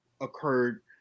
occurred